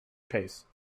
pace